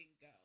go